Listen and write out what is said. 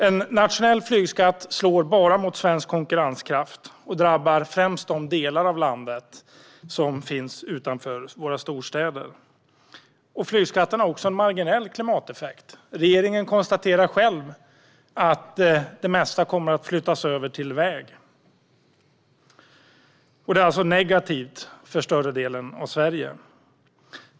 En nationell flygskatt slår bara mot svensk konkurrenskraft och drabbar främst de delar av landet som finns utanför våra storstäder. Dessutom har flygskatten en marginell klimateffekt. Regeringen konstaterar själv att det mesta kommer att flyttas över till väg. Det är negativt för större delen av Sverige.